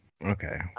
Okay